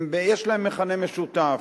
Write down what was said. יש להם מכנה משותף: